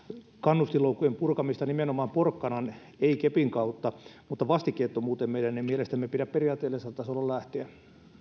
kannustinloukkujen purkamista nimenomaan porkkanan ei kepin kautta mutta vastikkeettomuuteen meidän ei mielestäni pidä periaatteellisella tasolla lähteä